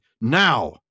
now